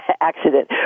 accident